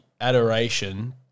adoration